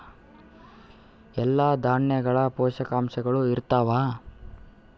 ಎಲ್ಲಾ ದಾಣ್ಯಾಗ ಪೋಷಕಾಂಶಗಳು ಇರತ್ತಾವ?